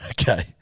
Okay